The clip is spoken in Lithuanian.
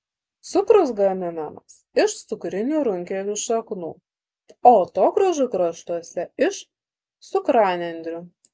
cukrus gaminamas iš cukrinių runkelių šaknų o atogrąžų kraštuose iš cukranendrių